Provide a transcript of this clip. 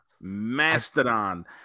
Mastodon